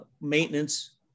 maintenance